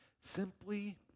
simply